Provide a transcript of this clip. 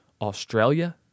Australia